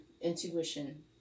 intuition